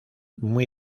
muy